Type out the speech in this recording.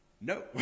No